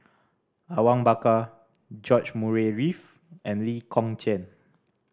Awang Bakar George Murray Reith and Lee Kong Chian